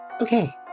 Okay